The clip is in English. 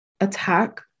attack